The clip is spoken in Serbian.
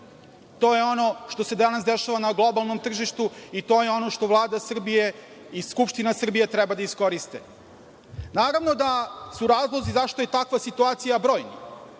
To je ono što se danas dešava na globalnom tržištu i to je ono što Vlada Srbije i Skupština Srbije treba da iskoriste. Naravno da su razlozi zašto je takva situacija brojni